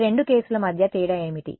ఈ రెండు కేసుల మధ్య తేడా ఏమిటి